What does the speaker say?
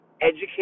educate